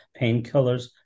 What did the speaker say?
painkillers